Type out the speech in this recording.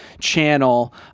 channel